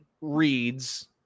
reads